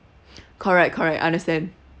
correct correct I understand